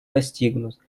достигнут